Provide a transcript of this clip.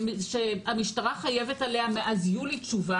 שהמשטרה חייבת עליה מאז יולי תשובה,